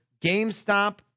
GameStop